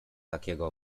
takiego